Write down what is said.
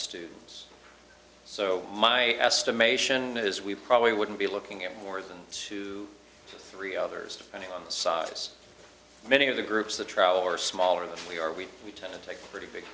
students so my estimation is we probably wouldn't be looking at more than two or three others depending on the size many of the groups the trial or smaller than we are we we tend to take a pretty big